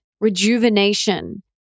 rejuvenation